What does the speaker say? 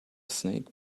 snake